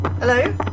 Hello